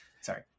sorry